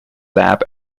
lab